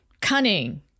cunning